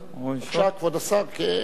בבקשה, כבוד השר.